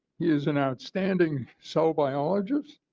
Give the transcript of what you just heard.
is an outstanding cell biologist